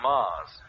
Mars